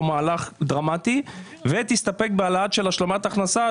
מהלך דרמטי ותסתפק בהעלאה של השלמת הכנסה,